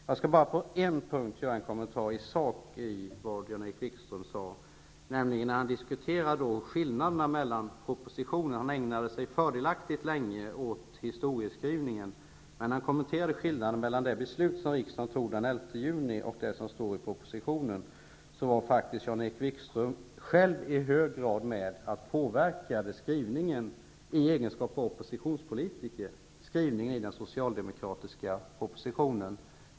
Jag skall bara göra en kommentar i sak på en punkt när det gäller det som Jan-Erik Wikström sade. Han ägnade sig fördelaktigt länge åt historieskrivningen. Men han kommenterade skillnaden mellan det beslut som riksdagen fattade den 11 juni och det som står i propositionen. Jan Erik Wikström var själv i mycket hög grad med och påverkade skrivningen i den socialdemokratiska propositionen i egenskap av oppositionspolitiker.